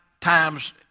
times